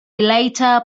later